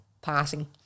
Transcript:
passing